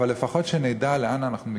אבל לפחות שנדע לאן אנחנו מגיעים.